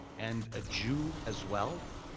and a jew as well